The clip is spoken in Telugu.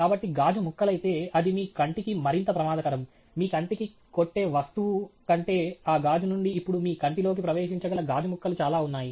కాబట్టి గాజు ముక్కలైతే అది మీ కంటికి మరింత ప్రమాదకరం మీ కంటికి కొట్టే వస్తువు కంటే ఆ గాజు నుండి ఇప్పుడు మీ కంటిలోకి ప్రవేశించగల గాజు ముక్కలు చాలా ఉన్నాయి